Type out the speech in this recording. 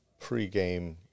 pregame